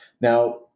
now